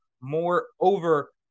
moreover